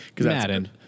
Madden